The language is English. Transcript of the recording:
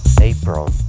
April